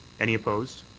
any opposed?